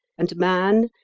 and man,